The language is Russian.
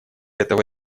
этого